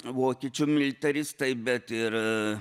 vokiečių militaristai bet ir